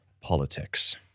politics